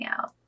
out